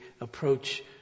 approach